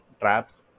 traps